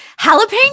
jalapeno